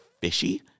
fishy